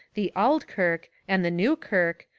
the auld kirk, and the new kirk,